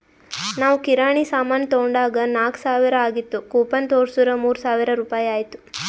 ನಾವ್ ಕಿರಾಣಿ ಸಾಮಾನ್ ತೊಂಡಾಗ್ ನಾಕ್ ಸಾವಿರ ಆಗಿತ್ತು ಕೂಪನ್ ತೋರ್ಸುರ್ ಮೂರ್ ಸಾವಿರ ರುಪಾಯಿ ಆಯ್ತು